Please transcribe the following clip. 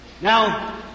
Now